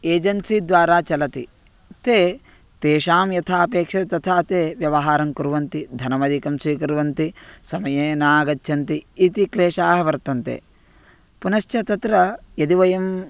agency द्वारा चलति ते तेषां यथा अपेक्षते तथा ते व्यवहारं कुर्वन्ति धनमधिकं स्वीकुर्वन्ति समये नागच्छन्ति इति क्लेशाः वर्तन्ते पुनश्च तत्र यदि वयं